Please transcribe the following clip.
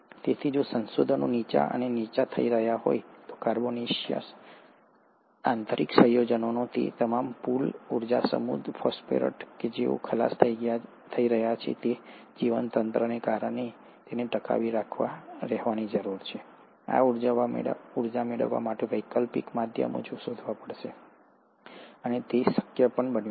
તેથી જો સંસાધનો નીચા અને નીચા થઈ રહ્યા છે કાર્બોનેસિયસ આંતરિક સંયોજનોનો તે તમામ પૂલ ઊર્જા સમૃદ્ધ ફોસ્ફેટ્સ જો તેઓ ખલાસ થઈ રહ્યા છે તો જીવતંત્રને કારણ કે તેને ટકી રહેવાની જરૂર છે આ ઊર્જા મેળવવા માટે વૈકલ્પિક માધ્યમો શોધવા પડશે અને એક શક્ય છે